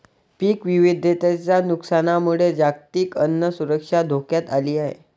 पीक विविधतेच्या नुकसानामुळे जागतिक अन्न सुरक्षा धोक्यात आली आहे